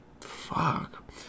Fuck